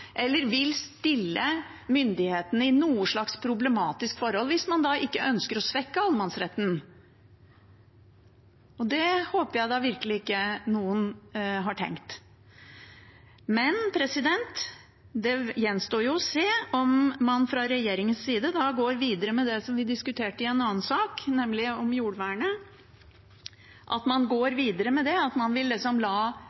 eller vil stille myndighetene i noe slags problematisk forhold – hvis man da ikke ønsker å svekke allemannsretten, og det håper jeg da virkelig ikke noen har tenkt. Men det gjenstår jo å se om man fra regjeringens side går videre med det som vi diskuterte i en annen sak, nemlig jordvernet, at man går videre med det, og at man vil la